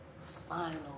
final